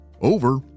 Over